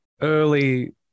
early